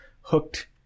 hooked